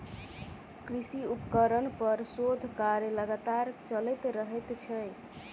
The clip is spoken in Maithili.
कृषि उपकरण पर शोध कार्य लगातार चलैत रहैत छै